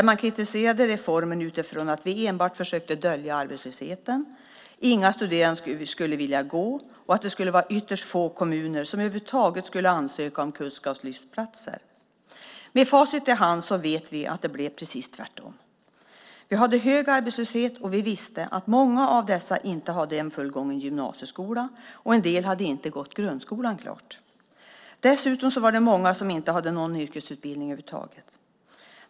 Man kritiserade reformen utifrån att vi enbart försökte dölja arbetslösheten, att inga studerande skulle vilja delta och att det skulle vara ytterst få kommuner som över huvud taget skulle ansöka om kunskapslyftsplatser. Med facit i hand vet vi att det blev precis tvärtom. Vi hade hög arbetslöshet, och vi visste att många av de arbetslösa inte hade en fullgången gymnasieskola och att en del inte hade gått grundskolan klart. Dessutom var det många som inte hade någon yrkesutbildning.